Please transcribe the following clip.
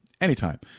anytime